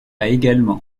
également